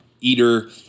eater